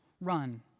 run